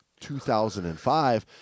2005